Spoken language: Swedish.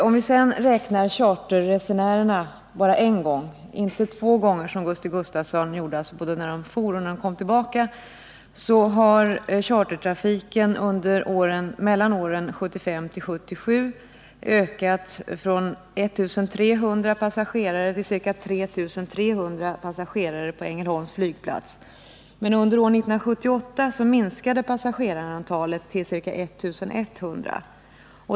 Om vi sedan räknar charterresenärerna bara en gång — inte två gånger, både när de for och när de kom tillbaka, som Gusti Gustavsson gjorde — kan man konstatera att chartertrafiken mellan 1975 och 1977 på Ängelholms flygplats ökat från 1 300 passagerare till ca 3 300 passagerare. Men under år 1978 minskade passagerarantalet till ca I 100.